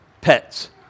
pets